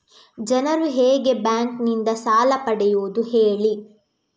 ಜನರು ಹೇಗೆ ಬ್ಯಾಂಕ್ ನಿಂದ ಸಾಲ ಪಡೆಯೋದು ಹೇಳಿ